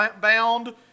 bound